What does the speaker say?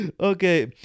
okay